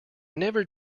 never